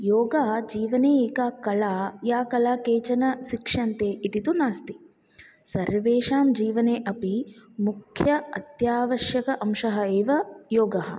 योगा जीवने एका कला या कला केचन शिक्षन्ते इति तु नास्ति सर्वेषां जीवने अपि मुख्य अत्यावश्यक अंशः एव योगः